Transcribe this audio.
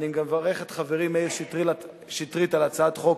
אני גם מברך את חברי מאיר שטרית על הצעת החוק